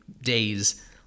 days